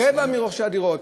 רבע מרוכשי הדירות,